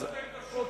היושב-ראש,